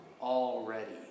already